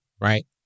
Right